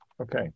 Okay